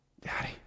Daddy